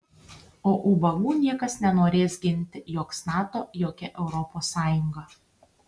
o ubagų niekas nenorės ginti joks nato jokia europos sąjunga